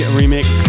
remix